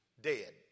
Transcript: dead